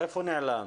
איפה נעלמת?